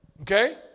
Okay